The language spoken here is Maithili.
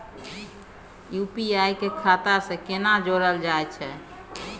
यु.पी.आई के खाता सं केना जोरल जाए छै?